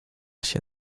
się